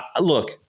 look